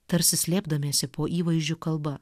tarsi slėpdamiesi po įvaizdžių kalba